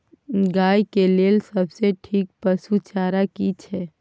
गाय के लेल सबसे ठीक पसु चारा की छै?